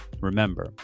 remember